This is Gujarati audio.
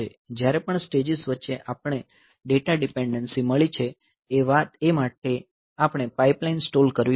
જ્યારે પણ સ્ટેજીસ વચ્ચે આપણને ડેટા ડીપેન્ડન્સી મળી છે એ માટે આપણે પાઇપલાઇન સ્ટોલ કરવી પડશે